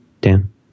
Dan